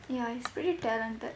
ya he's pretty talented